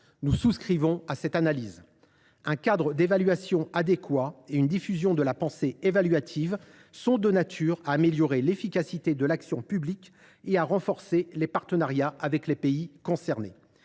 Nous souscrivons à cette analyse. Un cadre d’évaluation adéquat et une diffusion de la pensée évaluative sont de nature à améliorer l’efficacité de l’action publique et à renforcer les partenariats avec les pays concernés.